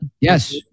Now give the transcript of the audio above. Yes